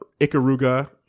Ikaruga